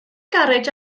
garej